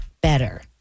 better